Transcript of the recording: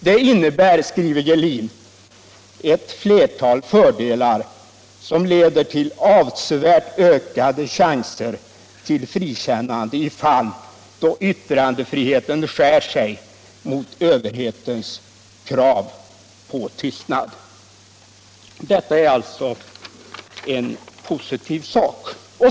Det innebär, skriver Gehlin, ett flertal fördelar som leder till avsevärt ökade chanser till frikännande i fall då yttrandefriheten skär sig mot överhetens krav på tystnad. Detta är alltså en positiv sak.